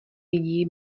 lidí